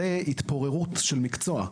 זו התפוררות של מקצוע.